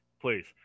please